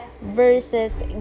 versus